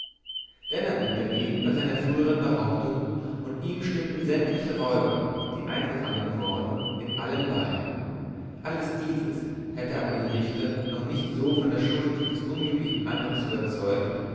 denner blieb dagegen bei seiner frühern behauptung und ihm stimmten sämtliche räuber die eingefangen worden in allem bei alles dieses hätte aber die richter noch nicht so von der schuld des unglücklichen andres überzeugt